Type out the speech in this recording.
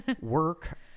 work